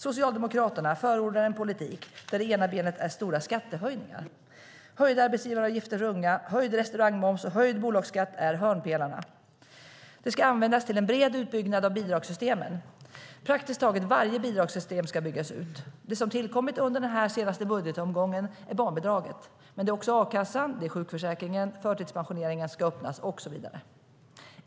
Socialdemokraterna förordar en politik där det ena benet är stora skattehöjningar. Höjda arbetsgivaravgifter för unga, höjd restaurangmoms och höjd bolagsskatt är hörnpelarna. Det ska användas till en bred utbyggnad av bidragssystemen. Praktiskt taget varje bidragssystem ska byggas ut. Det som tillkommit under den senaste budgetomgången är barnbidraget. Men det gäller också a-kassan och sjukförsäkringen, och förtidspensioneringen ska öppnas, och så vidare.